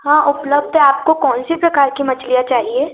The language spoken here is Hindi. हाँ उपलब्ध तो आपको कौन सी प्रकार की मछलियाँ चाहिए